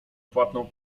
płatną